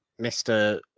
Mr